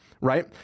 Right